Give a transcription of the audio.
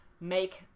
make